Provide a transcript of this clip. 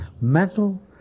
mental